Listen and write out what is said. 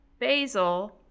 basil